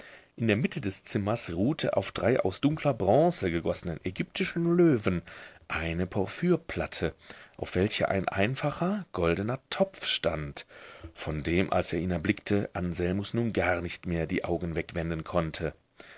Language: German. in der mitte des zimmers ruhte auf drei aus dunkler bronze gegossenen ägyptischen löwen eine porphyrplatte auf welcher ein einfacher goldener topf stand von dem als er ihn erblickte anselmus nun gar nicht mehr die augen wegwenden konnte